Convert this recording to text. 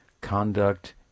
conduct